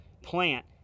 plant